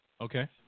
Okay